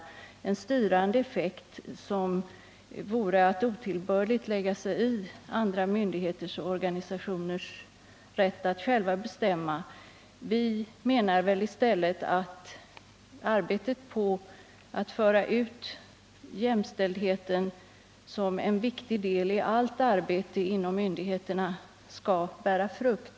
Den styrande effekten skulle innebära att myndigheten otillbörligt lade sig i andra myndigheters och organisationers rätt att själva bestämma i tillsättningsärenden. Vi menar att i stället arbetet på att föra ut jämställdheten som en viktig del i allt arbete inom myndigheterna skall bära frukt.